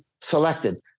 selected